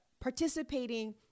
participating